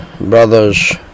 brothers